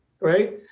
right